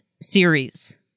series